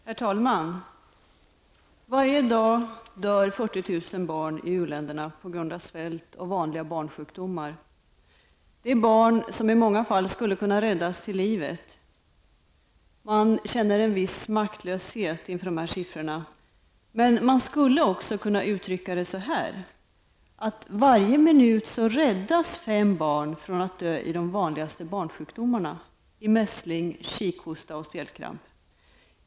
Herr talman! Varje dag dör 40 000 barn i uländerna på grund av svält och vanliga barnsjukdomar. Det är barn som i många fall skulle kunna räddas till livet. Man känner en viss maktlöshet inför de här siffrorna. Men man skulle också kunna uttrycka det så här. Varje minut räddas 5 barn från att dö i de vanligaste barnsjukdomarna, i mässling, kikhosta och stelkramp.